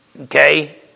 Okay